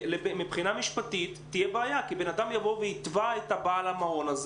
מבחינה משפטית תהיה בעיה כי יתבעו את בעל המעון,